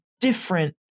different